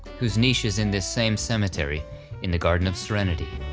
whose nisha's in this same cemetery in the garden of serenity.